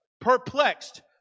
Perplexed